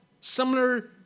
similar